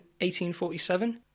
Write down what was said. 1847